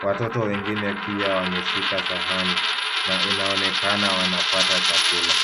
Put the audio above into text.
Watoto wengine pia wameshika sahani na inaonekana wanapata chakula.